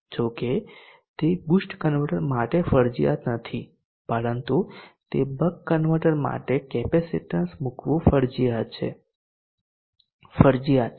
જો કે તે બુસ્ટ કન્વર્ટર માટે ફરજિયાત નથી પરંતુ બક કન્વર્ટર માટે કેપેસિટીન્સ મૂકવું ફરજિયાત છે ફરજિયાત છે